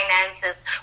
finances